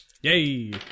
Yay